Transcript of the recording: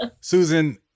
Susan